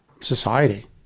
society